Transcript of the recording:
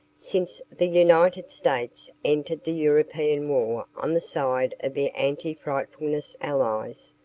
since the united states entered the european war on the side of the anti-frightfulness allies,